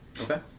Okay